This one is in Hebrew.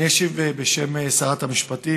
אני אשיב בשם שרת המשפטים,